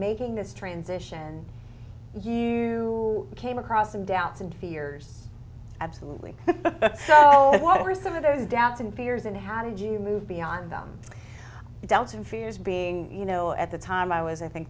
making this transition you came across some doubts and fears absolutely what are some of those doubts and fears and how did you move beyond them doubts and fears being you know at the time i was i think